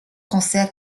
cancer